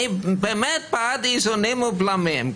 אני באמת בעד איזונים ובלמים.